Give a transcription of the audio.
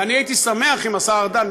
ואני הייתי שמח אם השר ארדן,